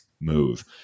move